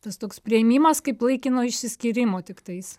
tas toks priėmimas kaip laikino išsiskyrimo tiktais